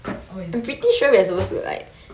oh is it